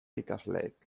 ikasleek